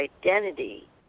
identity